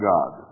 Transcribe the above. God